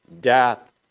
death